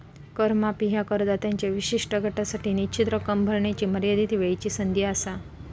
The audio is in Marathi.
कर माफी ह्या करदात्यांच्या विशिष्ट गटासाठी निश्चित रक्कम भरण्याची मर्यादित वेळची संधी असा